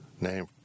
name